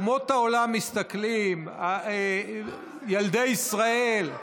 אומות העולם מסתכלות, ילדי ישראל.